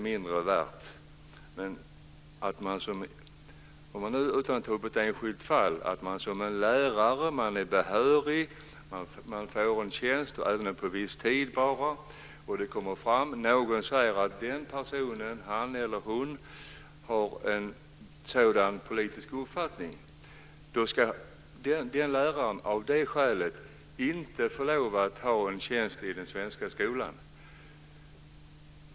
Låt oss - för att inte ta upp ett enskilt fall - tänka oss att man som lärare är behörig och får en tjänst, även om det bara är en visstidsanställning, och någon säger att man har en viss politisk uppfattning och att man av det skälet inte får lov att ha kvar sin tjänst i den svenska skolan.